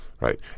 Right